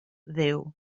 dduw